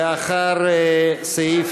לאחר סעיף